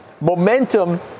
momentum